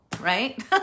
right